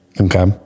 Okay